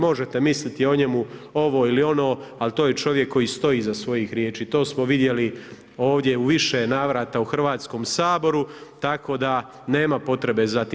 Možete misliti o njemu ovo ili ono, ali to je čovjek koji stoji iza svojih riječi, to smo vidjeli ovdje u više navrata u Hrvatskom saboru, tako da nema potrebe za tim.